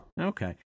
Okay